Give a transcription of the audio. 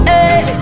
Hey